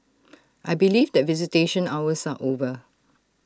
I believe that visitation hours are over